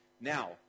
now